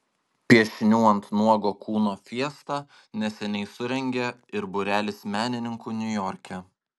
piešinių ant nuogo kūno fiestą neseniai surengė ir būrelis menininkų niujorke